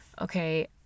okay